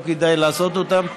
לא כדאי לעשות אותן.